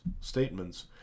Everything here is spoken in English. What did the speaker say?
statements